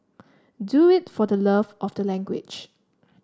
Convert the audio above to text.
do it for the love of the language